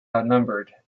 outnumbered